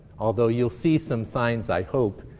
although you'll see some signs, i hope,